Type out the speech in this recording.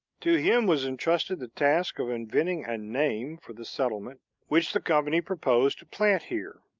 to him was entrusted the task of inventing a name for the settlement which the company proposed to plant here.